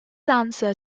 answer